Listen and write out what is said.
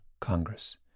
Congress